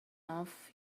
off